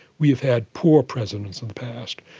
we've had poor presidents in the past.